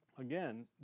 Again